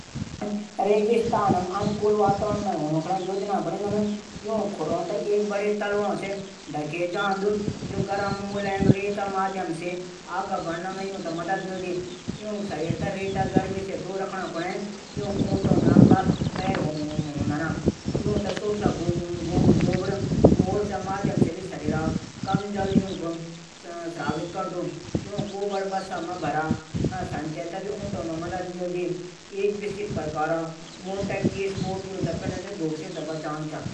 रेगिस्तान मा अनुकूल वातावरण मा हिटुणू कू यू खूरोंं थे एक बडा तलूओं से ढके जांदू। जू गर्म रेता माध्यम से अगने बढण मा मदद मिलदी। यूंक शरीर थै रेत गरमी से दूर रखूण कुन ऊटों लंबा पैरा हूदा यू सुखा गोबर से शरीर श्रावित करदूव